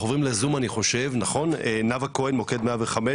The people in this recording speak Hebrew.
אנחנו עוברים לזום, נאווה כהן אביגדור, מוקד 105,